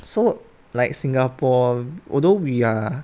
so like singapore although we are